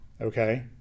okay